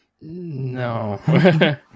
No